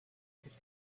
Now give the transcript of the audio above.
could